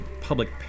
public